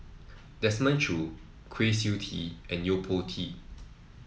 Desmond Choo Kwa Siew Tee and Yo Po Tee